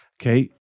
Okay